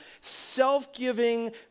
self-giving